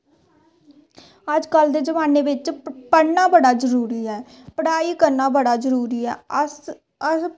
अजकल्ल दे जमाने बिच्च पढ़ना बड़ा जरूरी ऐ पढ़ाई करना बड़ा जरूरी ऐ अस अस